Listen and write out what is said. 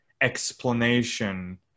explanation